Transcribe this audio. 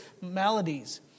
maladies